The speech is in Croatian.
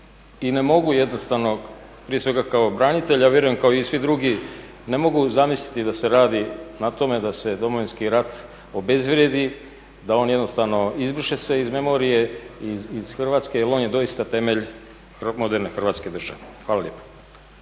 i ne mogu jednostavno prije svega kao branitelje, a vjerujem kao i svi drugi ne mogu zamisliti da se radi na tome da se Domovinski rat obezvrijedi, da on jednostavno izbriše se iz memorije, iz Hrvatske jel on je doista temelj moderne Hrvatske države. Hvala lijepo.